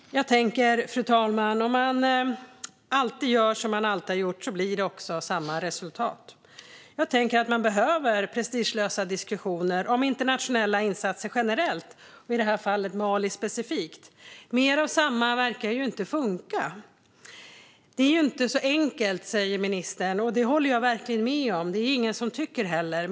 Jag tänker, fru talman, att om man alltid gör som man alltid gjort blir det också samma resultat. Jag tänker att det behövs prestigelösa diskussioner om internationella insatser generellt och i detta fall Mali specifikt. Mer av samma verkar ju inte funka. Det är inte så enkelt, säger ministern, och det håller jag verkligen med om. Det är det heller ingen som tycker.